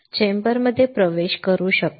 चेंबरमध्ये प्रवेश करू शकतो